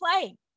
play